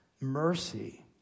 mercy